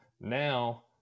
Now